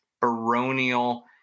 baronial